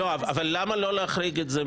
אבל למה לא להחריג את זה?